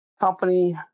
company